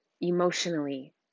Emotionally